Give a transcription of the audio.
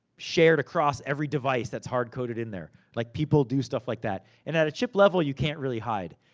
shared across every device, that's hard coded in there. like, people do stuff like that. and at a chip level, you can't really hide.